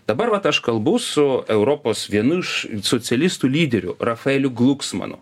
dabar vat aš kalbu su europos vienu iš socialistų lyderių rafaeliu gluksmanu